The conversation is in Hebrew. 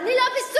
אני לא בסוריה,